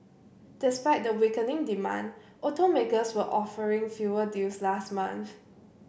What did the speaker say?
despite the weakening demand automakers were offering fewer deals last month